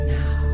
now